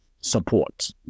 support